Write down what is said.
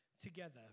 together